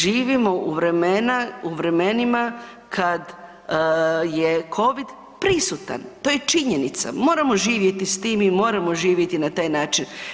Živimo u vremena, u vremenima kad je Covid prisutan, to je činjenica, moramo živjeti s tim i moramo živjeti na taj način.